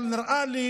אבל נראה לי